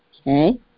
Okay